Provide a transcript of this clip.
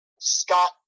Scott